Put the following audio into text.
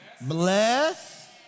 bless